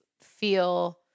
feel